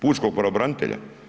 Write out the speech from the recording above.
Pučkog pravobranitelja?